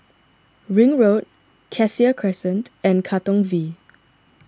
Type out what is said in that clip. Ring Road Cassia Crescent and Katong V